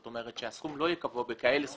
זאת אומרת, הסכום לא יהיה קבוע בסכומים כאלה.